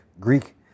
Greek